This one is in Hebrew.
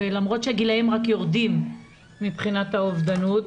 למרות שהגילאים רק יורדים מבחינת האובדנות,